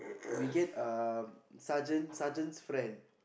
we get um sergeant sergeant's friend